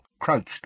crouched